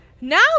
Now